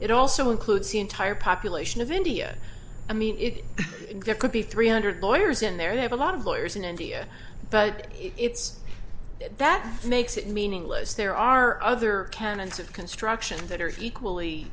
it also includes the entire population of india i mean it could be three hundred lawyers in there they have a lot of lawyers in india but it's that makes it meaningless there are other canons of construction that are equally